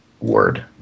word